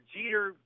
Jeter